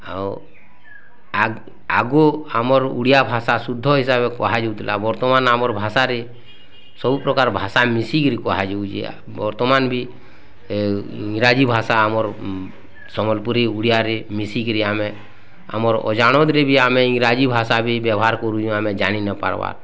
ଆଉ ଆଗ୍ ଆଗକୁ ଆମର୍ ଓଡ଼ିଆ ଭାଷା ଶୁଦ୍ଧ ହିସାବରେ କୁହାଯାଉ ଥିଲା ବର୍ତ୍ତମାନ ଆମର୍ ଭାଷାରେ ସବୁ ପ୍ରକାର ଭାଷା ମିଶି କିରି କୁହାଯାଉଛି ବର୍ତ୍ତମାନ ବି ଇଂରାଜୀ ଭାଷା ଆମର୍ ସମ୍ୱଲପୁରୀ ଓଡ଼ିଆରେ ମିଶି କିରି ଆମେ ଆମର ଅଜଣାତରେ ବି ଆମେ ଇଂରାଜୀ ଭାଷା ବି ବ୍ୟବହାର କରୁଛୁଁ ଆମେ ଜାଣି ନ ପାର୍ବା